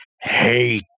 hate